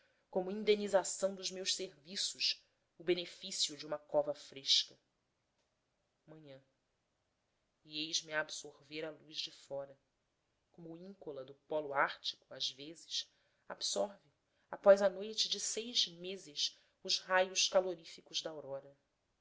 como indenização dos meus serviços o benefício de uma cova fresca manhã e eis-me a absorver a luz de fora como o íncola do pólo ártico às vezes absorve após a noite de seis meses os raios caloríficos da aurora